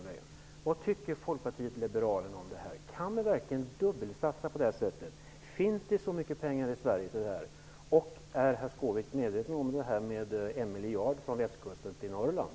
Vad tycker Folkpartiet liberalerna om detta? Kan man verkligen dubbelsatsa på detta sätt? Finns det så mycket pengar i Sverige för detta? Är herr Skårvik medveten om miljarden från västkusten till Norrland?